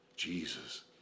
Jesus